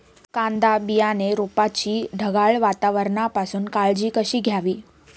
कांदा बियाणे रोपाची ढगाळ वातावरणापासून काळजी कशी घ्यावी?